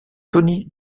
tony